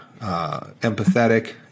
empathetic